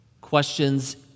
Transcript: Questions